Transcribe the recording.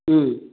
ꯎꯝ